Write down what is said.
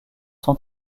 sont